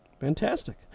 Fantastic